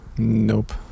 nope